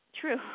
true